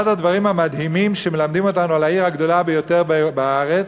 אחד הדברים המדהימים שמלמדים אותנו על העיר הגדולה ביותר בארץ,